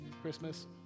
Christmas